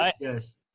Yes